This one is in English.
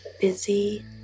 busy